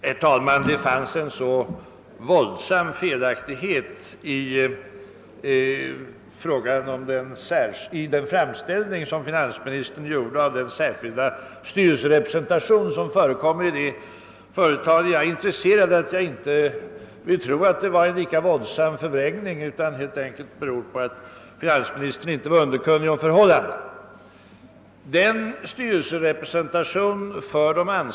Herr talman! Det fanns en så våldsam felaktighet i den framställning, som finansministern gjorde beträffande den särskilda styrelserepresentation som förekommer i det företag där jag är intresserad, att jag inte vill tro att det var en lika våldsam förvrängning, utan antar att det helt enkelt beror på att finansministern inte var underkunnig om förhållandena.